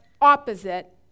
opposite